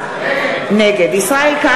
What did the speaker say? (קוראת בשמות חברי הכנסת) ישראל כץ,